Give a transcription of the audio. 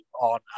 on